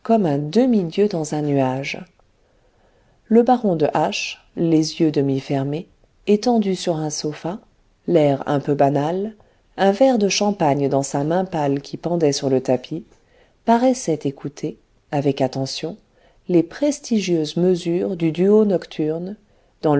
un demi-dieu dans un nuage le baron de h les yeux demi fermés étendu sur un sofa l'air un peu banal un verre de champagne dans sa main pâle qui pendait sur le tapis paraissait écouter avec attention les prestigieuses mesures du duo nocturne